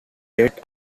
dates